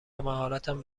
مهارتم